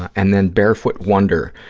and then barefoot wonder,